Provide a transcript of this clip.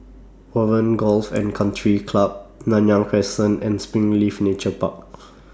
Warren Golf and Country Club Nanyang Crescent and Springleaf Nature Park